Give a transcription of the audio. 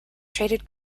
traded